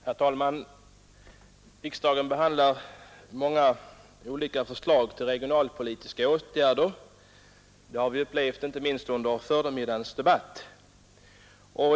Herr talman! Riksdagen behandlar många olika förslag till regionalpolitiska åtgärder; det har vi upplevt inte minst under förmiddagens debatt.